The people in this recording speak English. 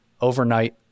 overnight